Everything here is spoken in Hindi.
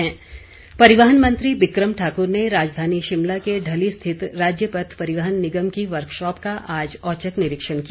निरीक्षण परिवहन मंत्री विक्रम ठाकुर ने राजधानी शिमला के ढली स्थित राज्य पथ परिवहन निगम की वर्कशॉप का आज औचक निरीक्षण किया